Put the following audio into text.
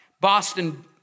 Boston